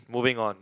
moving on